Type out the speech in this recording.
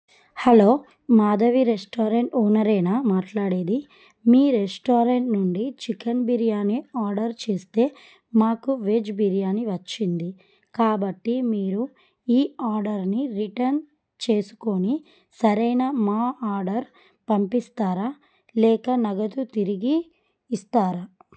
hello Madhavi restaurant ఓనరేనా మాట్లాడేది మీ రెస్టారెంట్ నుండి చికెన్ బిర్యానీ ఆర్డర్ చేస్తే మాకు వెజ్ బిర్యానీ వచ్చింది కాబట్టి మీరు ఈ ఆర్డర్ని రిటర్న్ చేసుకుని సరైన మా ఆర్డర్ పంపిస్తారా లేక నగదు తిరిగి ఇస్తారా